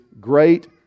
great